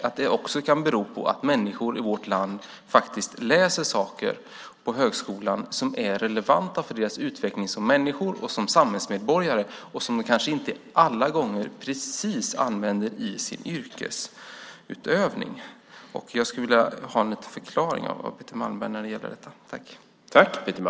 Det kan också bero på att människor i vårt land läser ämnen på högskolan som är relevanta för deras utveckling som människor och samhällsmedborgare men som de kanske inte alla gånger exakt använder i sin yrkesutövning. Jag skulle vilja ha en förklaring från Betty Malmberg beträffande detta.